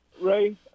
Ray